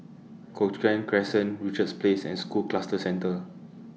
Cochrane Crescent Richards Place and School Cluster Centre